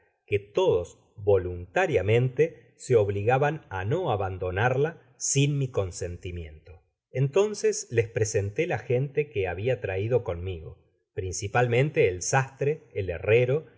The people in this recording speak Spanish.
que todos voluntariamente se obligaban á no aban donarla sin mi consentimiento entonces les presentó la gente que habia traido conmigo principalmente el sastre el herrero